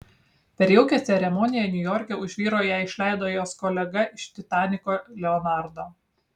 per jaukią ceremoniją niujorke už vyro ją išleido jos kolega iš titaniko leonardo